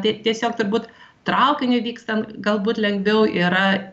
tai tiesiog turbūt traukiniu vykstant galbūt lengviau yra